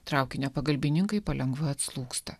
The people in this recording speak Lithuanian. traukinio pagalbininkai palengva atslūgsta